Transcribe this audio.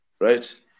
Right